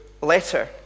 letter